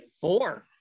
four